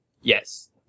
yes